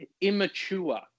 immature